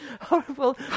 horrible